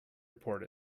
report